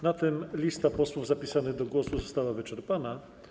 Na tym lista posłów zapisanych do głosu została wyczerpana.